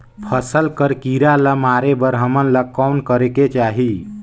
फसल कर कीरा ला मारे बर हमन ला कौन करेके चाही?